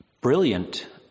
brilliant